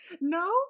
No